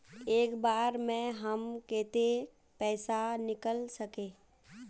एक बार में हम केते पैसा निकल सके?